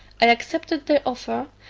i accepted their offer,